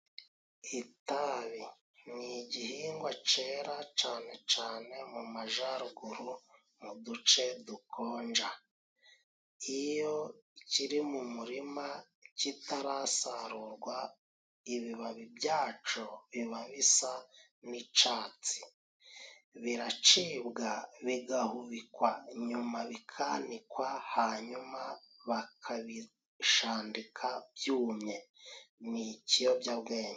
Itabi ni igihingwa cera cane cane mu majaruguru mu duce dukonja. Iyo kiri mu murima kitarasarurwa, ibibabi byaco biba bisa n'icatsi. Biracibwa bigahubikwa, nyuma bikanikwa hanyuma bakabishandika byumye. Ni ikiyobyabwenge.